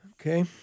Okay